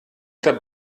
der